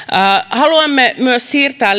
haluamme myös siirtää